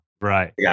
right